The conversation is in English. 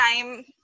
time